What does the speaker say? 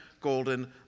golden